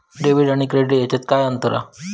Debit आणि credit ह्याच्यात काय अंतर असा?